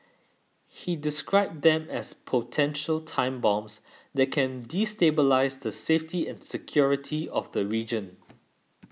he described them as potential time bombs that can destabilise the safety and security of the region